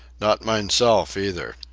not mineself either.